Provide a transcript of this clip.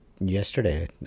yesterday